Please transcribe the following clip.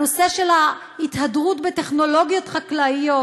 הנושא של ההתהדרות בטכנולוגיות חקלאיות,